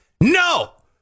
No